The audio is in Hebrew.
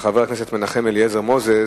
מס' 1561, של חבר הכנסת מנחם אליעזר מוזס: